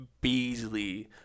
Beasley